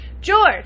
George